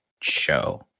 show